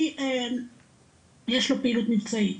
כי יש לו פעילות מבצעית.